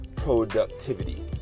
productivity